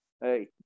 hey